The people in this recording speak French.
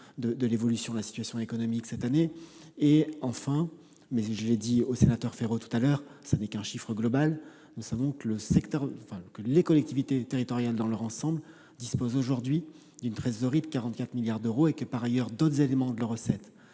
de l'évolution de la situation économique cette année. Enfin, comme je l'ai indiqué à M. Féraud, même s'il ne s'agit là que d'un chiffre global, nous savons que les collectivités territoriales dans leur ensemble disposent aujourd'hui d'une trésorerie de 44 milliards d'euros. Par ailleurs, d'autres éléments de leurs recettes,